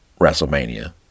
WrestleMania